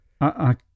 I